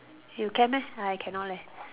you can meh I cannot leh